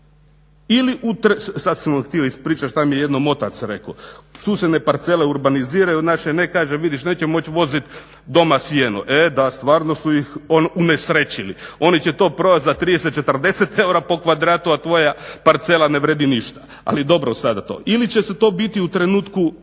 sad sam vam htio ispričati što mi je jednom otac rekao, susjedne parcele urbaniziraju a naše ne, kaže vidiš neću moći voziti doma sijeno. E da stvarno su ih unesrećili. Oni će to prodati za 30, 40 eura po kvadratu, a tvoja parcela ne vrijedi ništa. Ali, dobro sada to. Ili će to biti u trenutku